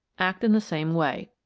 act in the same way.